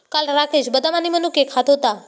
काल राकेश बदाम आणि मनुके खात होता